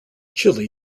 chile